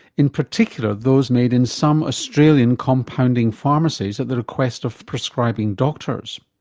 in particular those made in some australian compounding pharmacies at the request of prescribing doctors.